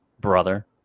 brother